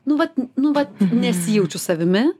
nu vat nu vat nesijaučiu savimi